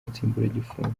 nsimburagifungo